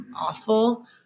awful